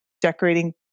decorating